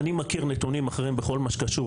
אני מכיר נתונים אחריהם בכל מה שקשור